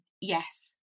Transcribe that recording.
Yes